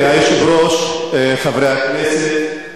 אדוני היושב-ראש, חברי הכנסת,